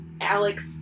Alex